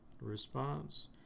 response